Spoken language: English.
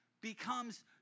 becomes